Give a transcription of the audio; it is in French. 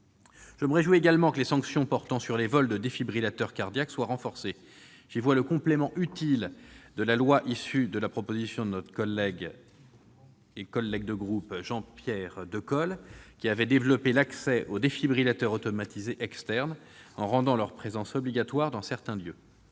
Je me réjouis également que les sanctions portant sur les vols de défibrillateurs cardiaques soient renforcées. J'y vois le complément utile de la loi issue de la proposition de notre collègue Jean-Pierre Decool qui a permis de développer l'accès aux défibrillateurs automatisés externes, en rendant leur présence obligatoire dans certains lieux.